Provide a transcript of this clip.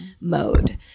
mode